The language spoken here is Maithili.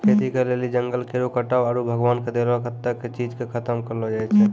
खेती करै लेली जंगल केरो कटाय आरू भगवान के देलो कत्तै ने चीज के खतम करलो जाय छै